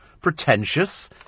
pretentious